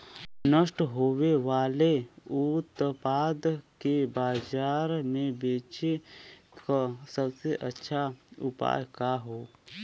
नष्ट होवे वाले उतपाद के बाजार में बेचे क सबसे अच्छा उपाय का हो?